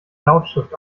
lautschrift